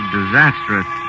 disastrous